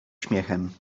śmiechem